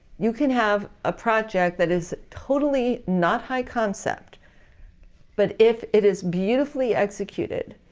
you can have a project that is totally not high-concept but if it is beautifully executed,